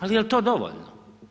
Ali, jel to dovoljno?